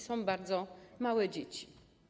Są bardzo małe dzieci.